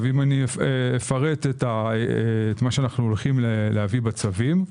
אם אפרט את מה שאנו הולכים להביא בצווים,